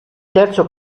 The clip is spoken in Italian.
terzo